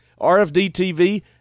RFD-TV